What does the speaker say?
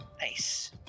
Nice